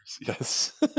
yes